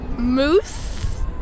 Moose